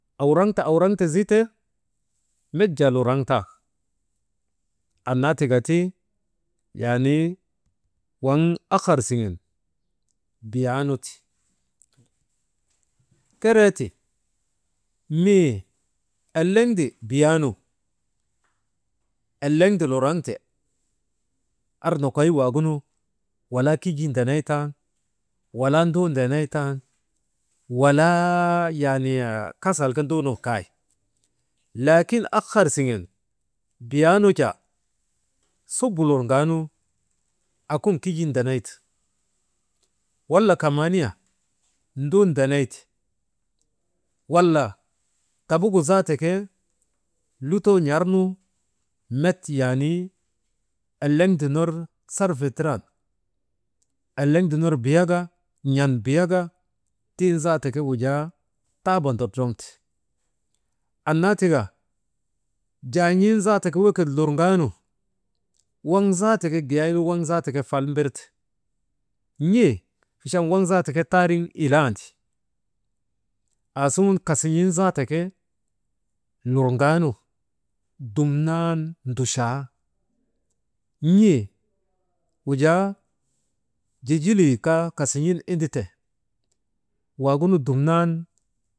Awuraŋte, awuraŋte zite met jaa luraŋtan annaa tika ti yaanii waŋ ahar siŋen biyaanu ti. Keree ti mii eliŋ biyaanu eleŋde arnokoy waagunu walaa kijii ndeney tan, walaa nduu ndeney tan, walaa yaani kasal ke nduunun kay laakin ahar siŋen biyaanu jaa subu lurŋaanu akun kijii ndeneyti kamaniye nduu ndeney ti wala tabugu zaata ke lutoo n̰arnu met yaanii eleŋde ner sarfa tiran, eleŋde ner biyaa kaa n̰an biyaa tiŋ zaata ke wujaa taaba ndorŋte, annaa tika jaan̰in zaata ke wekit lurŋaanu, waŋ zaata ke giraynu, waŋ zaata ke fal mbir te achan waŋ zaata ke taariŋ ilaandi aaasun kasin̰in zaata ke lurŋaanu dumnan nduchaa n̰e wujaa jijilii kaa kasin̰in indate waagunu dumnan.